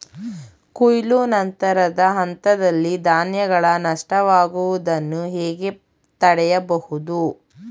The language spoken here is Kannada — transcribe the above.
ಕೊಯ್ಲು ನಂತರದ ಹಂತದಲ್ಲಿ ಧಾನ್ಯಗಳ ನಷ್ಟವಾಗುವುದನ್ನು ಹೇಗೆ ತಡೆಯಬಹುದು?